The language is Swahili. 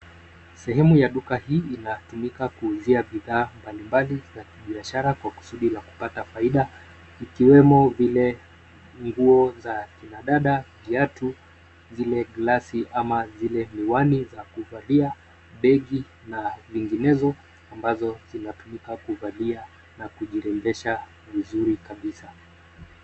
Sehemu ya duka hii inatumika kuuzia bidhaa mbalimbali za kibiashara kwa kusudi la kupata faida ikiwemo zile nguo za kina dada, viatu, zile gilasi ama zile miwani za kuvalia, begi na vinginezo ambazo zinatumika kuvalia na kujirembesha vizuri kabisa.